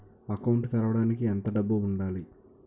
Account తెరవడానికి ఎంత డబ్బు ఉండాలి?